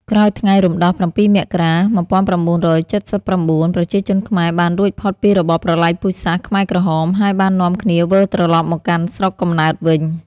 ក្រោយថ្ងៃរំដោះ ៧ មករា ១៩៧៩ ប្រជាជនខ្មែរបានរួចផុតពីរបបប្រល័យពូជសាសន៍ខ្មែរក្រហម ហើយបាននាំគ្នាវិលត្រឡប់មកកាន់ស្រុកកំណើតវិញ។